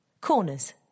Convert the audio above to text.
Corners